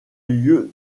lieu